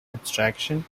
abstraction